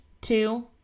two